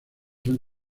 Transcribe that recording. han